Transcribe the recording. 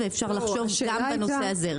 ואפשר לחשוב גם בנושא הזה.